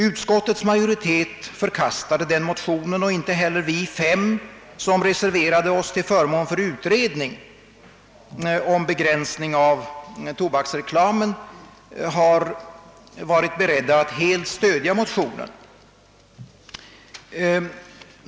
Utskottets majoritet har avstyrkt motionen och inte heller vi fem som reserverat oss till förmån för utredning om begränsning av tobaksreklamen har varit beredda att helt stödja motionärens förslag.